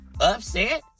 upset